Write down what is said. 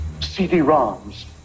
CD-ROMs